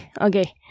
Okay